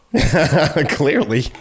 clearly